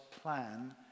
plan